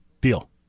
deal